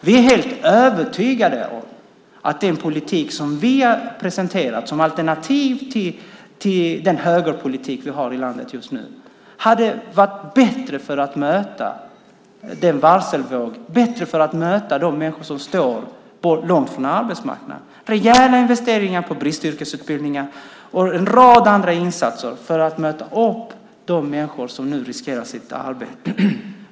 Vi är helt övertygade om att den politik som vi har presenterat som alternativ till den högerpolitik vi just nu har i landet hade varit bättre för att möta varselvågen och de människor som står långt från arbetsmarknaden. Det handlar om rejäla investeringar på bristyrkesutbildningar och en rad andra insatser för att möta de människor som nu riskerar sitt arbete.